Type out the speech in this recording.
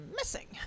missing